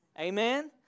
amen